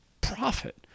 profit